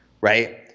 right